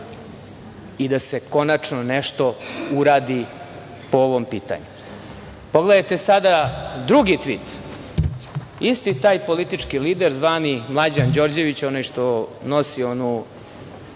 i da se konačno nešto uradi po ovom pitanju. Pogledajte sada drugi tvit. Isti taj politički lider, zvani Mlađan Đorđević, onaj što nosi onu